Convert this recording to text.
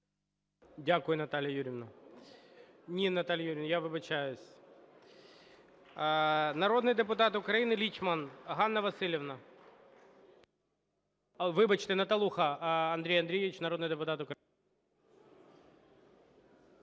Дякую, Наталія Юріївна. Ні, Наталія Юріївна, я вибачаюсь. Народний депутат України Лічман Ганна Василівна. Вибачте. Наталуха Дмитро Андрійович народний депутат України.